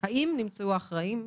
האם נמצאו אחראים,